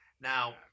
Now